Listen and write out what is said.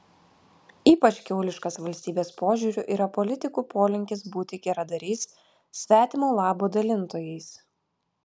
ypač kiauliškas valstybės požiūriu yra politikų polinkis būti geradariais svetimo labo dalintojais